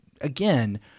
again